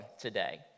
today